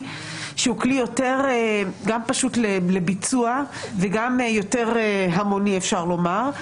שהוא יותר פשוט לביצוע וגם יותר המוני אפשר לומר,